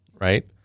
right